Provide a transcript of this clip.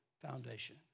foundation